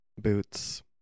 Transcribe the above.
boots